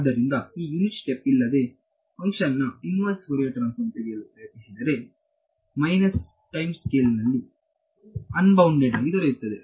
ಆದ್ದರಿಂದ ಈ unit step ಇಲ್ಲದೆ ಫಂಕ್ಷನ್ ನ ಇನ್ವರ್ಸ್ ಫೋರಿಯರ್ ಟ್ರಾನ್ಸ್ಫಾರ್ಮ ತೆಗೆಯಲು ಪ್ರಯತ್ನಿಸಿದ್ದರೆ ಮೈನಸ್ ಟೈಮ್ ಸ್ಕೇಲ್ ನಲ್ಲಿ ಅನ್ ಬೌಂಡೆಡ್ ಆಗಿ ದೊರೆಯುತ್ತದೆ